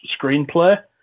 screenplay